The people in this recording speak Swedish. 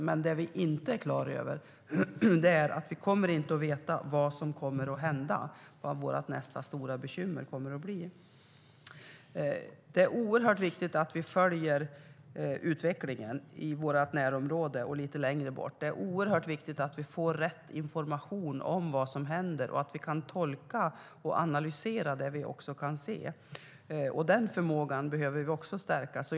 Men vi kommer inte att veta vad som kommer att hända och vad vårt nästa stora bekymmer kommer att bli. Det är oerhört viktigt att vi följer utvecklingen i vårt närområde och lite längre bort. Det är oerhört viktigt att vi får rätt information om vad som händer och att vi kan tolka och analysera det vi ser. Den förmågan behöver vi också stärka.